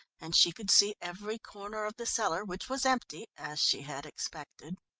and she could see every corner of the cellar, which was empty as she had expected.